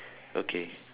okay